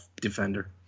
defender